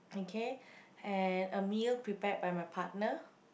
okay and a meal prepared by my partner